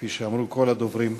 כפי שאמרו כל הדוברים,